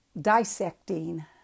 dissecting